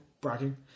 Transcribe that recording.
bragging